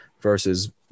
versus